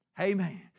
Amen